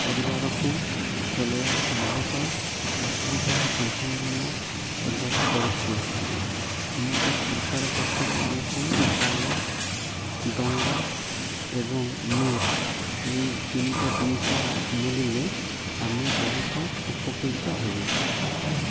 ପରିବାରକୁ ଚଳାଇବାକୁ ବହୁତ ଅସୁବିଧାର ସମ୍ମୁଖୀନ କରିବାକୁ ପଡ଼ୁଛି ଏଣୁକି ସରକାର ପଖରୁ ଆମକୁ ଜାଲ ଡଙ୍ଗା ଏବଂ ନେଟ୍ ଏଇ ତିନିଟା ଜିନିଷ ମିଲିଳେ ଆମେ ବହୁତ ଉପକୃତ ହେବୁ